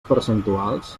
percentuals